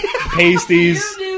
pasties